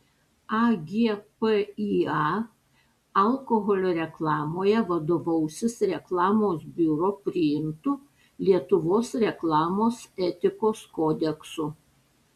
agpįa alkoholio reklamoje vadovausis reklamos biuro priimtu lietuvos reklamos etikos kodeksu